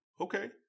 okay